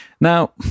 Now